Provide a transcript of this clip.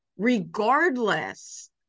regardless